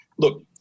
look